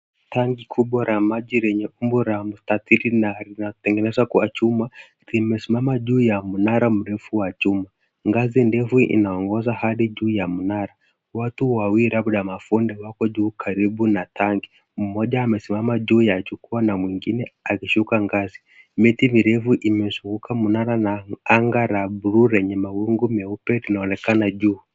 Tanki kubwa la maji lenye umbo la mstatili na linatengenezwa kwa chuma limesimama juu ya mnara mrefu wa chuma, ngazi ndefu inaongoza hadi juu ya mnara, watu wawili labda mafundi wako juu karibu na tanki, mmoja amesimama juu ya jukwaa na mwingine akishuka ngazi, miti mirefu imezunguka mnara na anga la bluu lenye mawingu meupe linaonekana juu.